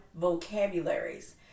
vocabularies